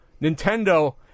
Nintendo